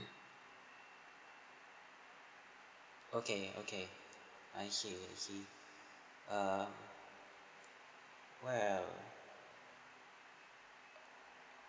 okay okay I see I see um well